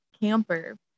camper